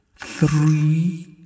three